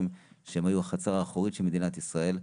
שהיו בחצר האחורית של מדינת ישראל,